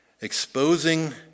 Exposing